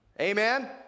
Amen